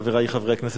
חברי חברי הכנסת,